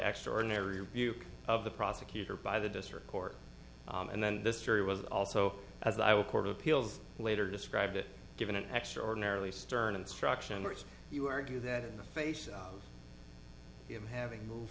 extraordinary view of the prosecutor by the district court and then this jury was also as i will court of appeals later described it given an extraordinarily stern instruction which you argue that in the face of him having moved